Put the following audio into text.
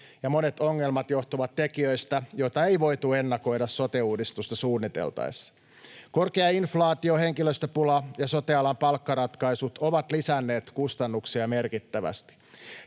ja monet ongelmat johtuvat tekijöistä, joita ei voitu ennakoida sote-uudistusta suunniteltaessa. Korkea inflaatio, henkilöstöpula ja sote-alan palkkaratkaisut ovat lisänneet kustannuksia merkittävästi.